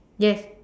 yes